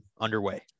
underway